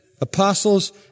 apostles